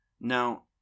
Now